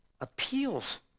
appeals